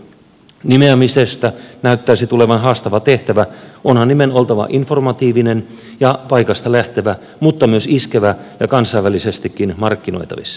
nimeämisestä näyttäisi tulevan haastava tehtävä onhan nimen oltava informatiivinen ja paikasta lähtevä mutta myös iskevä ja kansainvälisestikin markkinoitavissa